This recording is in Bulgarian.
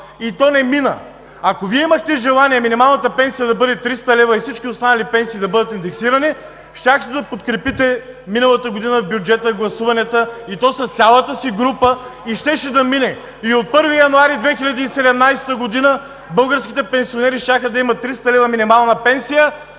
и то не мина. Ако Вие имахте желание минималната пенсия да бъде 300 лв. и всички останали пенсии да бъдат индексирани, щяхте да подкрепите миналата година по бюджета гласуванията и то с цялата си група, и щеше да мине. И от 1 януари 2017 г. българските пенсионери щяха да имат 300 лв. минимална пенсия